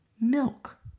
milk